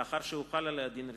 לאחר שהוחל עליה דין רציפות,